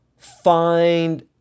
find